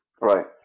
Right